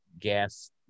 gas